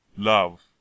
love